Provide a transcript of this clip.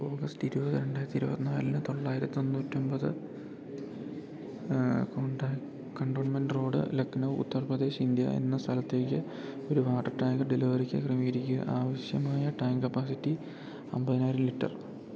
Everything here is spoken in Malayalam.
ഓഗസ്റ്റ് ഇരുപത് രണ്ടായിരത്തി ഇരുപത്തി നാലിന് തൊള്ളായിരത്തി തൊണ്ണൂറ്റൊൻപത് കൺട്രാ cantonment road Lucknow Uttar Pradesh India എന്ന സ്ഥലത്തേക്ക് ഒരു വാട്ടർ ടാങ്കർ ഡെലിവറിക്ക് ക്രമീകരിക്കുക ആവശ്യമായ ടാങ്ക് കപ്പാസിറ്റി അൻപതിനായിരം ലിറ്റർ